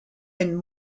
and